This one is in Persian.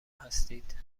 هستید